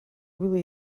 willie